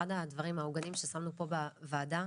שאחד העוגנים ששמנו פה בוועדה,